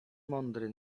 mądry